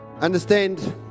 understand